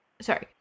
Sorry